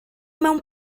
mewn